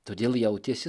todėl jautėsi